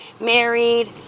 married